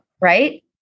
Right